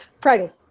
Friday